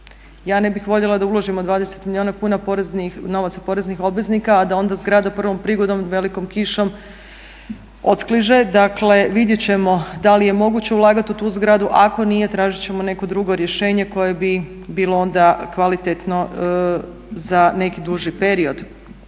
Ja ne bih voljela da uložimo 20 milijuna kuna poreznih, novaca poreznih obveznika a da onda zgrada prvom prigodom velikom kišom odskliže. Dakle, vidjet ćemo da li je moguće ulagati u tu zgradu, ako nije tražit ćemo neko drugo rješenje koje bi bilo onda kvalitetno za neki duži period.